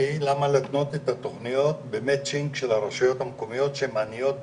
לקנות את התוכניות של הרשויות שהן עניות במילא?